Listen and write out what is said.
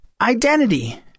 identity